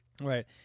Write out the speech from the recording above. Right